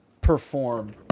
perform